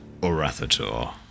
Orathator